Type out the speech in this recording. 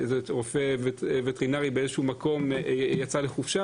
שרופא וטרינר יצא לחופשה,